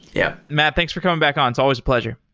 yeah. matt, thanks for coming back on. it's always a pleasure.